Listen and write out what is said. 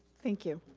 thank you.